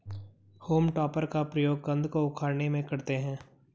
home टॉपर का प्रयोग कन्द को उखाड़ने में करते हैं